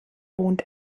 wohnt